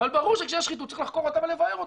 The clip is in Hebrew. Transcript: אבל ברור שכשיש שחיתות צריך לחקור אותה לבער אותה.